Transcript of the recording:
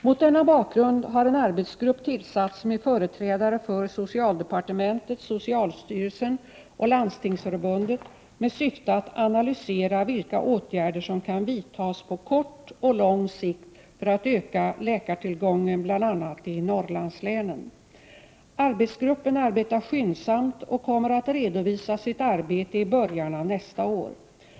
Mot denna bakgrund har en arbetsgrupp tillsatts med företrädare för | socialdepartementet, socialstyrelsen och Landstingsförbundet med syfte att analysera vilka åtgärder som kan vidtas på kort och lång sikt för att öka 28 läkartillgången bl.a. i Norrlandslänen. Arbetsgruppen arbetar skyndsamt och kommer att redovisa sitt arbete i början av nästa år. Förslagen kommer Prot.